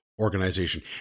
Organization